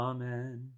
Amen